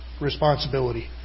responsibility